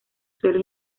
suelo